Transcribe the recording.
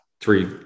three